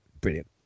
Brilliant